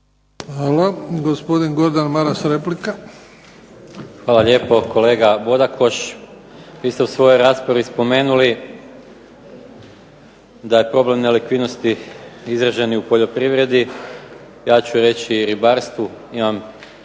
Hvala. Gospodin Gordan Maras replika. **Maras, Gordan (SDP)** Hvala lijepo. Kolega Bodakoš vi ste u svojoj raspravi spomenuli da je problem nelikvidnosti izražen i u poljoprivredi ja ću reći i u ribarstvu. Imam nekoliko